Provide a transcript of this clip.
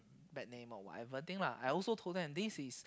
bad name or whatever thing lah I also told them this is